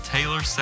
Taylor